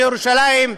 לירושלים,